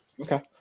Okay